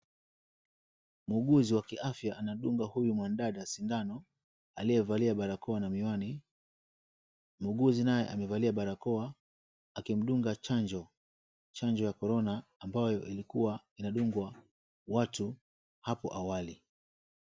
Muuguzi wa kiafya anamdunga huyu mwanadada sindano aliyevalia barakoa na miwani. Muuguzi naye amevalia barakoa akimdunga chanjo, chanjo ya korona ambayo ilikuwa inadungwa watu hapo awali.